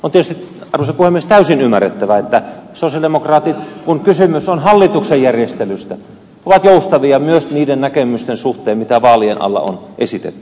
on tietysti arvoisa puhemies täysin ymmärrettävää että sosialidemokraatit kun on kysymys hallituksen järjestelystä ovat joustavia myös niiden näkemysten suhteen joita vaalien alla on esitetty